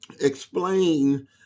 explain